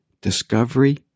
discovery